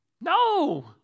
No